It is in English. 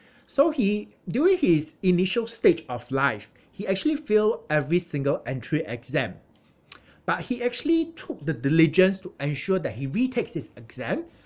so he during his initial stage of life he actually fail every single entry exam but he actually took the diligence to ensure that he retakes his exam